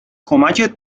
کمکت